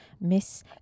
Miss